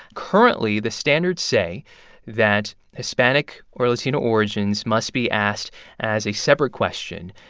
currently, the standards say that hispanic or latino origins must be asked as a separate question,